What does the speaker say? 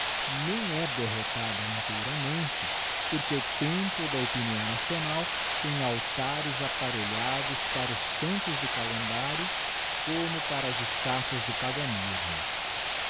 nem é derrotada inteiramente porque o templo da opinião nacional tem altares apparelhados para os santos do calendário como para as estatuas do paganismo